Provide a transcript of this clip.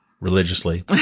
religiously